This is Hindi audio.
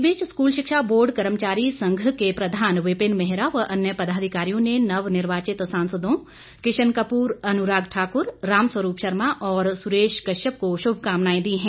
इस बीच स्कूल शिक्षा बोर्ड कर्मचारी संघ के प्रधान विपिन मेहरा व अन्य पदाधिकारियों ने नव निर्वाचित सांसदों किशन कपूर अनुराग ठाकुर राम स्वरूप शर्मा और सुरेश कश्यप को शुभकामनाए दी हैं